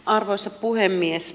arvoisa puhemies